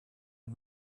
and